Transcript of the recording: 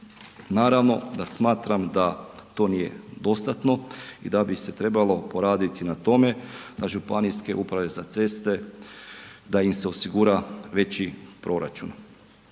Naravno da smatram da to nije dostatno, da bi se trebalo poraditi na tome a županijske uprave za ceste da im se osigura veći proračun.